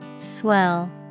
Swell